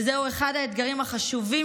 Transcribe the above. וזהו אחד האתגרים החשובים,